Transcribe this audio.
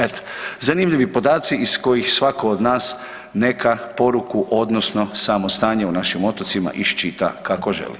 Eto zanimljivi podaci iz kojih svatko od nas neka poruku, odnosno samo stanje o našim otocima iščita kako želi.